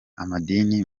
amadini